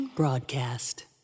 Broadcast